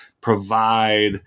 provide